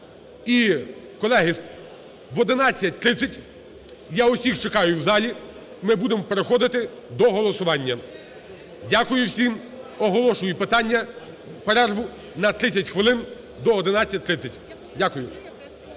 І, колеги, в 11:30 я усіх чекаю в залі, ми будемо переходити до голосування. Дякую всім. Оголошую перерву на 30 хвилин, до 11:30. Дякую.